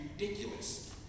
ridiculous